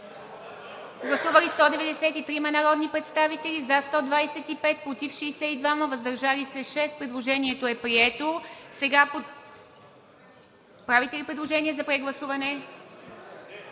Гласували 193 народни представители: за 125, против 62, въздържали се 6. Предложението е прието. Правите ли предложение за прегласуване?